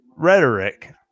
Rhetoric